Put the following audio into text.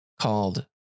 called